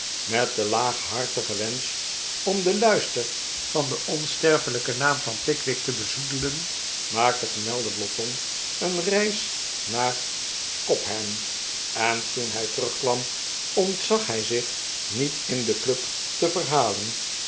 met den laaghartigen wensch om den luister van den onsterfelijken naam van pickwick te bezoedelen maakte gemelde blotton een reis naar cobham en toen hij temgkwam ontzag hij zich niet in de club te verhalen